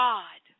God